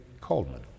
Coleman